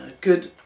good